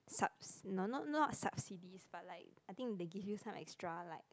sub not not not subsidies but like I think they give you some extra like